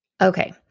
Okay